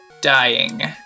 dying